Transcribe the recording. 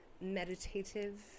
meditative